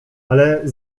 ale